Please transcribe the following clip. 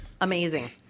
amazing